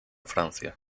francia